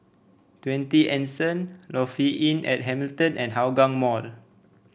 Twenty Anson Lofi Inn at Hamilton and Hougang Mall